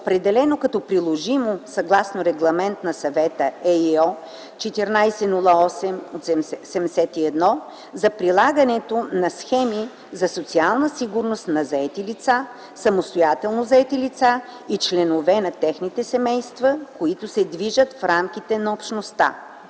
определено като приложимо съгласно Регламент на Съвета (ЕИО) 1408/71 за прилагането на схеми за социална сигурност на заети лица, самостоятелно заети лица и членове на техните семейства, които се движат в рамките на Общността.”